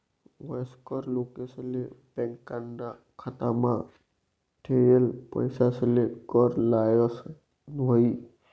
वयस्कर लोकेसले बॅकाना खातामा ठेयेल पैसासले कर लागस न्हयी